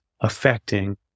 affecting